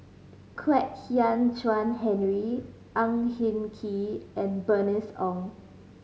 Kwek Hian Chuan Henry Ang Hin Kee and Bernice Ong